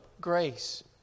grace